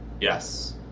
Yes